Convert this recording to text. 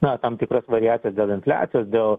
na tam tikras variacijas dėl infliacijos dėl